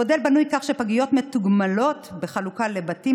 המודל בנוי כך שפגיות מתוגמלות בחלוקה לבתים,